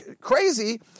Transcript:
crazy